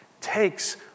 takes